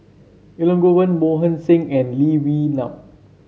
Elangovan Mohan Singh and Lee Wee Nam